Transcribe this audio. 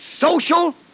social